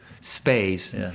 space